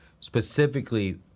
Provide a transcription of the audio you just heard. specifically